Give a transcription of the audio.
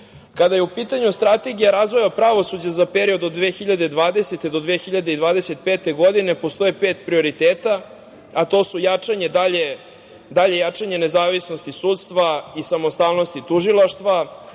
je pitanju Strategija razvoja pravosuđa za period od 2020. do 2025. godine postoji pet prioriteta, a to su: dalje jačanje nezavisnosti sudstva i samostalnosti tužilaštva,